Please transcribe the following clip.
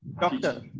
doctor